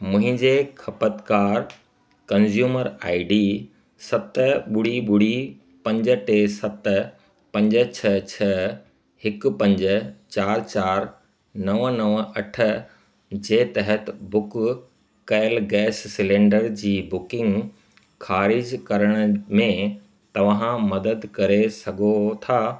मुंहिंजे ख़पति card consumer I D सत ॿुड़ी ॿुड़ी पंज टे सत पंज छह छह हिकु पंज चार चार नव नव अठ जे तहति बुक कयल गैस सिलेंडर जी बुकिंग ख़ारिज करण में तव्हां मदद करे सघो था